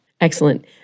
excellent